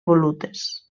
volutes